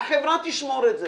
היא תשמור את זה.